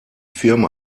firma